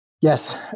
Yes